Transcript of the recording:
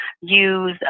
use